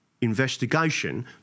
investigation